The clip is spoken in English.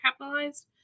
capitalized